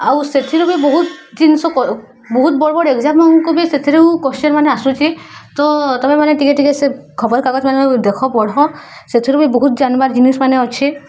ଆଉ ସେଥିରୁ ବି ବହୁତ ଜିନିଷ ବହୁତ ବଡ଼ ବଡ଼ ଏଗ୍ଜାମାନଙ୍କୁ ବି ସେଥିରୁ କ୍ୱେଶ୍ଚିନ୍ ମାନ ଆସୁଛି ତ ତମେ ମାନେ ଟିକେ ଟିକେ ସେ ଖବରକାଗଜ ମାନ ଦେଖ ପଢ଼ ସେଥିରୁ ବି ବହୁତ ଜାଣିବାର ଜିନିଷ୍ ମାନେ ଅଛି